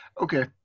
okay